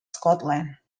scotland